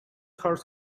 hurts